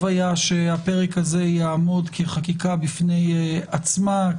היה שהפרק הזה יעמוד כחקיקה בפני עצמה,